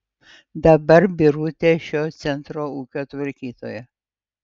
dabar birutė šio centro ūkio tvarkytoja